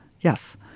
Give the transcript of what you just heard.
Yes